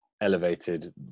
elevated